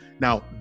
Now